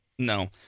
No